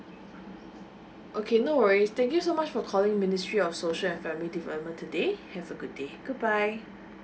okay no worries thank you so much for calling ministry of social and family development today have a good day goodbye